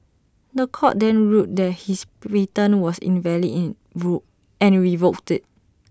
The Court then ruled that his patent was invalid in and revoked IT